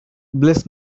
bless